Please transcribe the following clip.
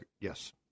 yes